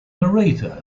narrator